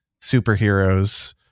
superheroes